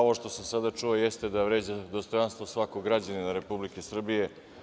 Ovo što sam sada čuo od kolege Ševarlića vređa dostojanstvo svakog građanina Republike Srbije.